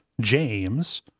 James